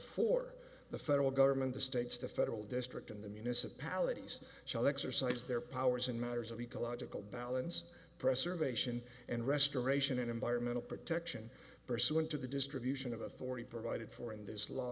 for the federal government the states the federal district and the municipalities shall exercise their powers in matters of ecological balance preservation and restoration and environmental protection pursuant to the distribution of authority provided for in this law